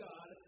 God